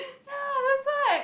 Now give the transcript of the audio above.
ya that's why